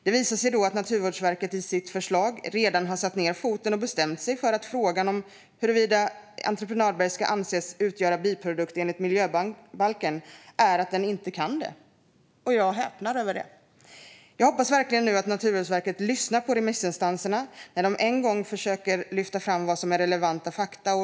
Det visar sig att Naturvårdsverket i sitt förslag redan har satt ned foten och i frågan huruvida entreprenadberg kan anses utgöra biprodukt enligt Miljöbalken bestämt sig för att de inte kan det. Jag häpnar över detta. Jag hoppas verkligen att Naturvårdsverket lyssnar på remissinstanserna när de än en gång försöker lyfta fram relevanta fakta.